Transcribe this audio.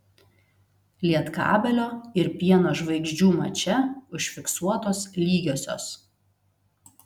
lietkabelio ir pieno žvaigždžių mače užfiksuotos lygiosios